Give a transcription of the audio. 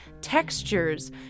textures